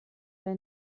der